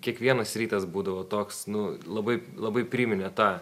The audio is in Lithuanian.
kiekvienas rytas būdavo toks nu labai labai priminė tą